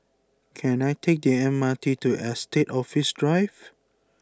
can I take the M R T to Estate Office Drive